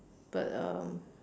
but um